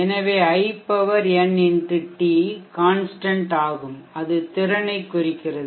எனவே in x t constant ஆகும் அது திறனை குறிக்கிறது